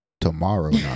Tomorrow